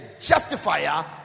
justifier